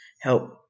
help